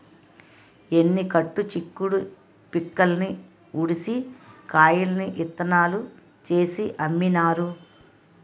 ఎన్ని కట్టు చిక్కుడు పిక్కల్ని ఉడిసి కాయల్ని ఇత్తనాలు చేసి అమ్మినారు